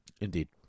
indeed